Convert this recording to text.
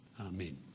Amen